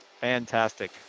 Fantastic